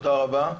תודה רבה.